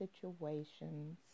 situations